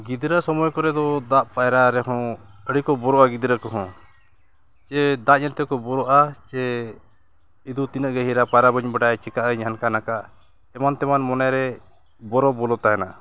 ᱜᱤᱫᱽᱨᱟᱹ ᱥᱚᱢᱚᱭ ᱠᱚᱨᱮ ᱫᱚ ᱫᱟᱜ ᱯᱟᱭᱨᱟ ᱨᱮᱦᱚᱸ ᱟᱹᱰᱤ ᱠᱚ ᱵᱚᱨᱚᱜᱼᱟ ᱜᱤᱫᱽᱨᱟᱹ ᱠᱚᱦᱚᱸ ᱡᱮ ᱫᱟᱜ ᱧᱮᱞ ᱛᱮᱠᱚ ᱵᱚᱨᱚᱜᱼᱟ ᱥᱮ ᱤᱜᱩ ᱛᱤᱱᱟᱹᱜ ᱜᱟᱹᱦᱤᱨᱟ ᱯᱟᱭᱨᱟ ᱵᱟᱹᱧ ᱵᱟᱰᱟᱭᱟ ᱪᱮᱠᱟᱜᱼᱟᱹᱧ ᱦᱟᱱᱠᱟᱼᱱᱟᱱᱠᱟ ᱮᱢᱟᱱ ᱛᱮᱢᱟᱱ ᱢᱚᱱᱮᱨᱮ ᱵᱚᱨᱚ ᱵᱚᱞᱚ ᱛᱟᱦᱮᱱᱟ